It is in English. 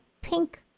pink